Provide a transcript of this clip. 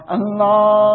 Allah